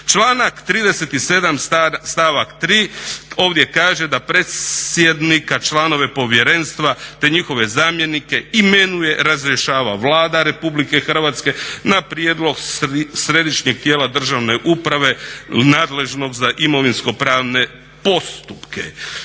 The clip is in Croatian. Članak 37. stavak 3. ovdje kaže da predsjednika, članove povjerenstva te njihove zamjenike imenuje, razrješava Vlada Republike Hrvatske na prijedlog Središnjeg tijela državne uprave nadležnog za imovinsko pravne postupke.